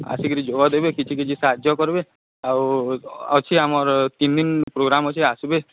ଆସିକିରି ଯୋଗ ଦେବେ କିଛି କିଛି ସାହାଯ୍ୟ କର୍ବେ ଆଉ ଅଛି ଆମର୍ ତିନ୍ ଦିନ୍ ପ୍ରୋଗ୍ରାମ୍ ଅଛି ଆସ୍ବେ